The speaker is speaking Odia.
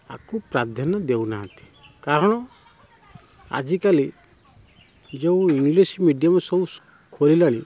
ଆକୁ ପ୍ରାଧ୍ୟାନ୍ୟ ଦେଉନାହାନ୍ତି କାରଣ ଆଜିକାଲି ଯେଉଁ ଇଙ୍ଗଲିଶ୍ ମିଡ଼ିଅମ୍ ସବୁ ଖୋଲିଲାଣି